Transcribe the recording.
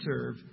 serve